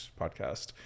podcast